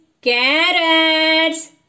carrots